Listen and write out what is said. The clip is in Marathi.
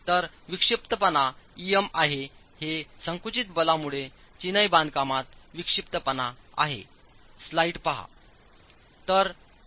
तर विक्षिप्तपणा em आहे हे संकुचित बलामुळे चिनाई बांधकामात विक्षिप्तपणा आहे